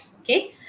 Okay